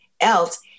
else